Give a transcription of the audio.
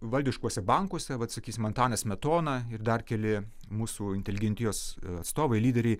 valdiškuose bankuose vat sakysim antanas smetona ir dar keli mūsų inteligentijos atstovai lyderiai